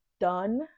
done